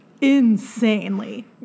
insanely